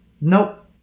nope